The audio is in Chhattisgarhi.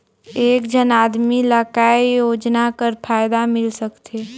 एक झन आदमी ला काय योजना कर फायदा मिल सकथे?